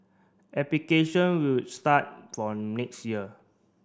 application will start from next year